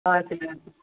हजुर हजुर